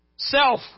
Self